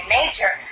nature